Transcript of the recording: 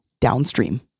downstream